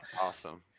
awesome